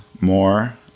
more